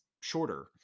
shorter